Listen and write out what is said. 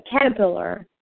caterpillar